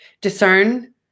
discern